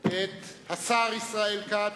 את השר ישראל כץ,